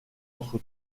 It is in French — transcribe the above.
entre